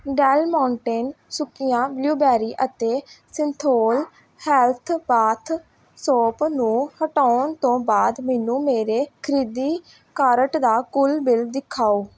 Del Monte ਸੁੱਕੀਆਂ ਬਲੂਬੇਰੀਆਂ ਅਤੇ ਸਿੰਥੋਲ ਹੈਲਥ ਬਾਥ ਸੋਪ ਨੂੰ ਹਟਾਉਣ ਤੋਂ ਬਾਅਦ ਮੈਨੂੰ ਮੇਰੇ ਖਰੀਦੀ ਕਾਰਟ ਦਾ ਕੁੱਲ ਬਿੱਲ ਦਿਖਾਓ